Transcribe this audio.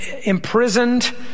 imprisoned